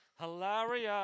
hilarious